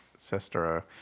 sister